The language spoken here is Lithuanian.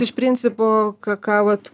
iš principo ką ką vat